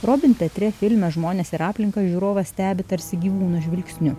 robin petrė filme žmonės ir aplinka žiūrovas stebi tarsi gyvūno žvilgsniu